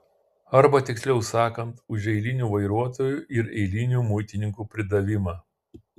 arba tiksliau sakant už eilinių vairuotojų ir eilinių muitininkų pridavimą